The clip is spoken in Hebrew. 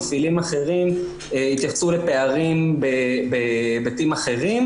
מפעילים אחרים התייחסו לפערים בהיבטים אחרים.